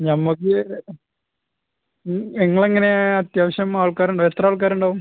നമുക്ക് ഉം നിങ്ങൾ എങ്ങനെ അത്യാവശ്യം ആൾക്കാർ ഉണ്ടോ എത്ര ആൾക്കാർ ഉണ്ടാവും